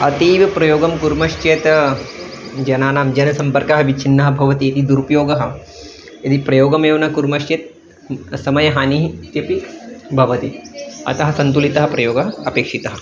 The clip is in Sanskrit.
अतीवप्रयोगं कुर्मश्चेत् जनानां जनसम्पर्कः विच्छिन्नः भवति यदि दुरुपयोगः यदि प्रयोगमेव न कुर्मश्चेत् समयहानिः इत्यपि भवति अतः सन्तुलितः प्रयोगः अपेक्षितः